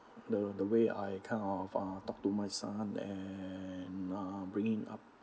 the the way I kind of uh talk to my son and um bringing him up